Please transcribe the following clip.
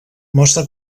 mostra